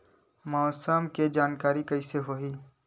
मौसम के जानकारी कइसे होही?